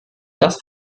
das